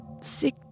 sick